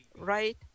right